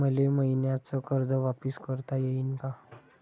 मले मईन्याचं कर्ज वापिस करता येईन का?